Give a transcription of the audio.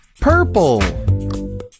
Purple